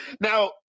Now